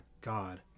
God